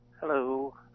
Hello